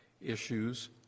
issues